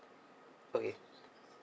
okay